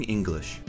English，